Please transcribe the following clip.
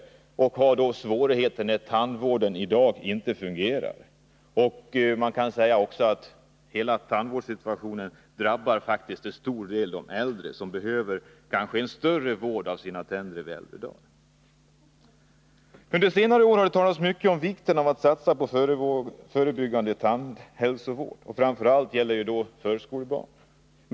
Det blir naturligtvis svårigheter för dem när tandvården inte fungerar. Man kan säga att den besvärliga tandvårdssituationen drabbar till större delen de äldre, som mer än andra behöver vård av tänderna. Under senare år har det talats mycket om vikten av att satsa på förebyggande tandhälsovård, framför allt när det gäller förskolebarn.